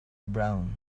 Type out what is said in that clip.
brown